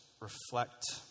reflect